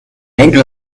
enkel